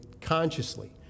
consciously